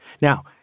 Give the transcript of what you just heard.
Now